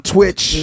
Twitch